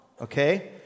Okay